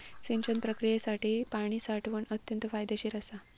सिंचन प्रक्रियेसाठी पाणी साठवण अत्यंत फायदेशीर असा